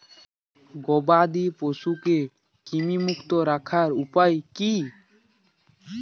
গবাদি পশুকে কৃমিমুক্ত রাখার উপায় কী?